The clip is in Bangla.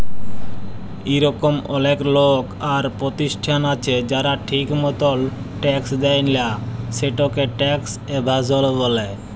ইরকম অলেক লক আর পরতিষ্ঠাল আছে যারা ঠিক মতল ট্যাক্স দেয় লা, সেটকে ট্যাক্স এভাসল ব্যলে